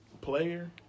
player